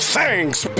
Thanks